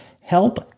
help